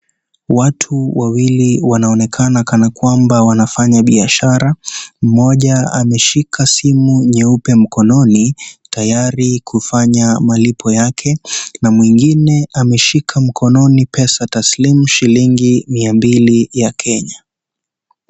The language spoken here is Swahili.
Watu wawili wanaonekana kana kwamba wanafanya biashara. Mmoja ameshika simu nyeupe mkononi tayari kufanya malipo yake. Na mwingine ameshika mkononi pesa taslimu shilingi mia mbili ya Kenya.